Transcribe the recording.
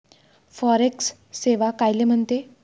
Forex सेवा कायले म्हनते?